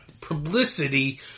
Publicity